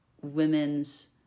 women's